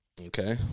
Okay